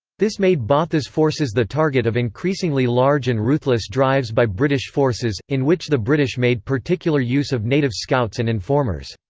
this made botha's forces the target of increasingly large and ruthless drives by british forces, in which the british made particular use of native scouts and informers.